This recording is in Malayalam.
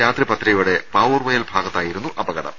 രാത്രി പത്തരയോടെ പാവുർവയൽ ഭാഗത്തായിരുന്നു അപകടം